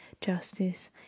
Justice